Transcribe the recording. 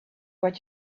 what